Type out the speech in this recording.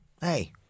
hey